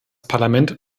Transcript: parlament